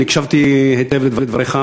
אני הקשבתי היטב לדבריך,